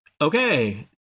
Okay